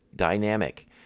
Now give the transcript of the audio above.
dynamic